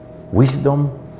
wisdom